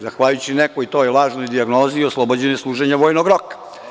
Zahvaljujući toj nekoj lažnoj dijagnozi oslobođen je služenja vojnog roka.